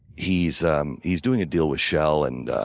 he's um he's doing a deal with shell and